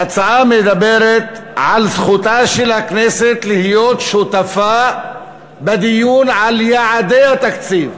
ההצעה מדברת על זכותה של הכנסת להיות שותפה בדיון על יעדי התקציב,